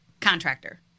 contractor